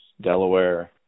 Delaware